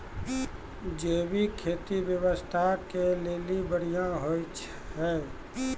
जैविक खेती स्वास्थ्य के लेली बढ़िया होय छै